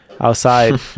outside